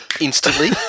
instantly